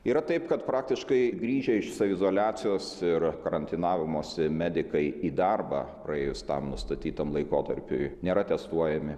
yra taip kad praktiškai grįžę iš saviizoliacijos ir karantinavimosi medikai į darbą praėjus tam nustatytam laikotarpiui nėra testuojami